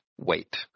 wait